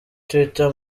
twitter